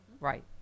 Right